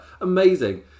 amazing